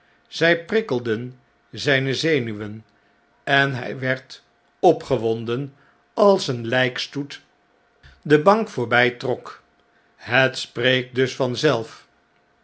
zj prikkelden zijne zenuwen en hg werd opgewonden als een lpstoet de bank voorbprok het spreekt dus vanzelf